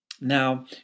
now